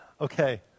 Okay